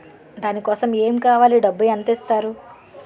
దాని కోసం ఎమ్ కావాలి డబ్బు ఎంత ఇస్తారు?